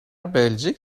بلژیک